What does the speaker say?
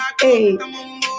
Hey